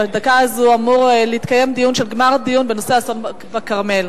בדקה הזו אמור להתקיים גמר דיון בנושא האסון בכרמל,